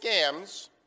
scams